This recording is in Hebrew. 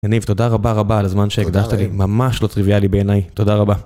וניב תודה רבה רבה על הזמן שהקדשת לי, ממש לא טריוויאלי בעיניי, תודה רבה.